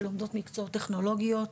שלומדות מקצועות טכנולוגיים,